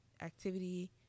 activity